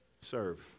Serve